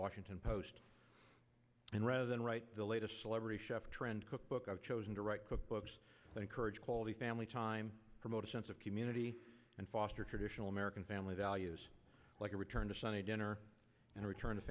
washington post and rather than write the latest celebrity chef trend cookbook i've chosen to write cookbooks that encourage quality family time promote a sense of community and foster traditional american family values like a return to sunday dinner and return to